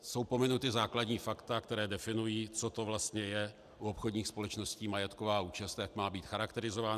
Jsou pominuta základní fakta, která definují, co to vlastně je u obchodních společností majetková účast, jak má být charakterizována.